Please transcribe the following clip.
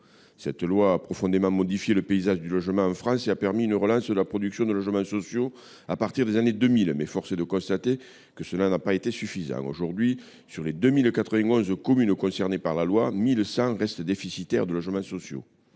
Cette loi a profondément modifié le paysage du logement en France et a permis une relance de la production de logements sociaux à partir des années 2000. Toutefois, force est de constater que cela n’a pas été suffisant. Aujourd’hui, sur les 2 091 communes concernées par ladite loi, 1 100 communes demeurent déficitaires en logements sociaux.